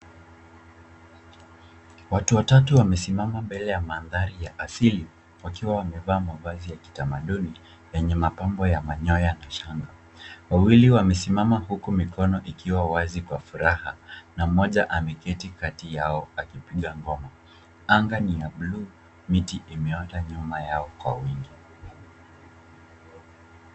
Watu watatu wamesimama mbele ya mandhari ya asili wakiwa wamevaa mavazi ya kitamaduni yenye mapambo ya manyoya na shanga. Wawili wamesimama huku mikono ikiwa wazi kwa furaha na mmoja ameketi kati yao akipiga ngoma. Anga ni ya bluu. Miti imeota nyuma yao kwa wingi.